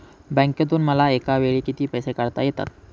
बँकेतून मला एकावेळी किती पैसे काढता येतात?